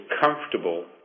comfortable